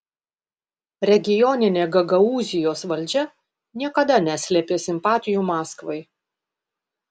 regioninė gagaūzijos valdžia niekada neslėpė simpatijų maskvai